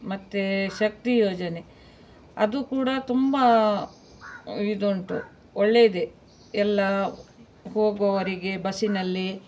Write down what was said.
ಮತ್ತು ಶಕ್ತಿ ಯೋಜನೆ ಅದು ಕೂಡ ತುಂಬ ಇದುಂಟು ಒಳ್ಳೆಯದೆ ಎಲ್ಲ ಹೋಗೋವರೆಗೆ ಬಸ್ಸಿನಲ್ಲಿ